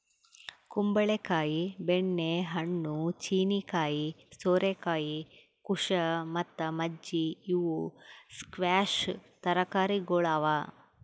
ಕುಂಬಳ ಕಾಯಿ, ಬೆಣ್ಣೆ ಹಣ್ಣು, ಚೀನೀಕಾಯಿ, ಸೋರೆಕಾಯಿ, ಕುಶಾ ಮತ್ತ ಮಜ್ಜಿ ಇವು ಸ್ಕ್ವ್ಯಾಷ್ ತರಕಾರಿಗೊಳ್ ಅವಾ